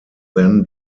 then